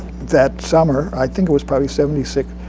that summer i think it was probably seventy so